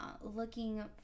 looking